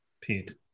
Pete